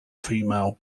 female